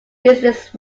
business